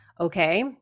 okay